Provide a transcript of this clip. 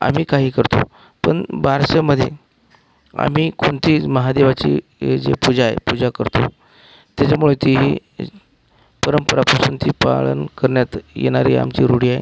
आम्ही काहीही करतो पण बारशामध्ये आम्ही कोणतीच महादेवाची जी पूजा आहे पूजा करतो त्याच्यामुळे ती परंपरा पासूनचे पालन करण्यात येणारे आमची रूढी आहे